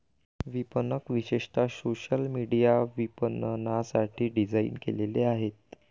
विपणक विशेषतः social media विपणनासाठी डिझाइन केलेले आहेत